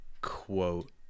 quote